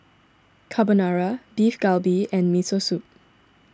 Carbonara Beef Galbi and Miso Soup